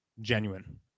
genuine